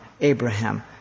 Abraham